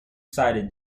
side